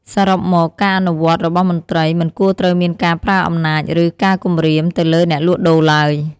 សរុបមក ការអនុវត្តរបស់មន្ត្រី មិនគួរត្រូវមានការប្រើអំណាច ឬ ការគំរាម ទៅលើអ្នកលក់ដូរឡើយ។